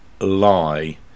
lie